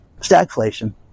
stagflation